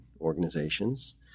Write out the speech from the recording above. organizations